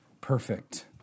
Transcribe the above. perfect